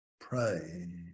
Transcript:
pray